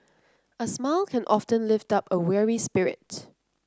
a smile can often lift up a weary spirit